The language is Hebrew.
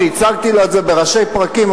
כשהצגתי לו את זה בראשי פרקים,